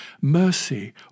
mercy